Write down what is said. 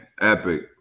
epic